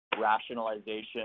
rationalization